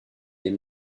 est